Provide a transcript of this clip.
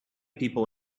people